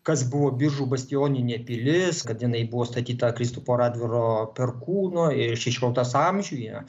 kas buvo biržų bastioninė pilis kad jinai buvo statyta kristupo radvilo perkūno ir šešioliktas amžiuje